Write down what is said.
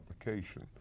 application